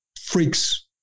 freaks